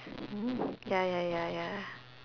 mm ya ya ya ya